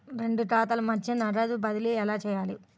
రెండు ఖాతాల మధ్య నగదు బదిలీ ఎలా చేయాలి?